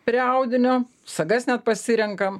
prie audinio sagas net pasirenkam